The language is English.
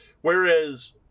Whereas